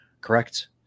correct